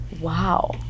Wow